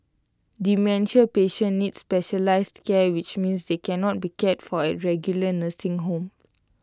dementia patients need specialised care which means they cannot be cared for at regular nursing homes